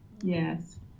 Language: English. yes